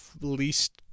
least